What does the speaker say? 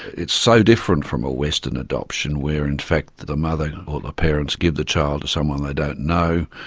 it's so different from a western adoption where in fact the the mother ah the parents give the child to someone they don't know,